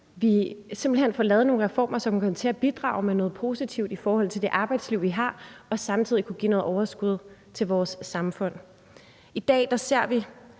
hen får lavet nogle reformer, som kommer til at bidrage med noget positivt i forhold til det arbejdsliv, vi har, og samtidig kan give noget overskud til vores samfund. I dag ser vi,